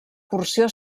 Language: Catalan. porció